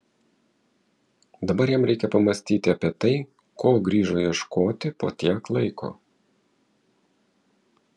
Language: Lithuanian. dabar jam reikia pamąstyti apie tai ko grįžo ieškoti po tiek laiko